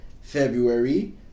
February